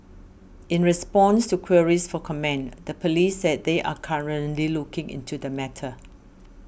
in response to queries for comment the police said they are currently looking into the matter